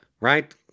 Right